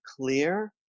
clear